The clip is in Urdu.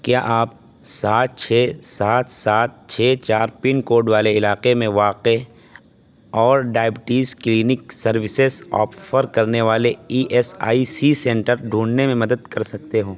کیا آپ سات چھ سات سات چھ چار پن کوڈ والے علاقے میں واقع اور ڈائبٹیز کلینک سروسز آفر کرنے والے E S I C centre ڈھونڈنے میں مدد کر سکتے ہو